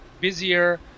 busier